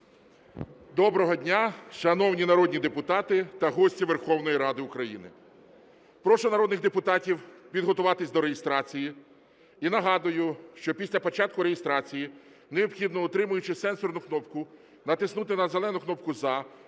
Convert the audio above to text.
Доброго дня, шановні народні депутати та гості Верховної Ради України! Прошу народних депутатів підготуватись до реєстрації. І нагадую, що після початку реєстрації необхідно, утримуючи сенсорну кнопку, натиснути на зелену кнопку "За"